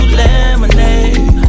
lemonade